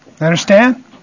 understand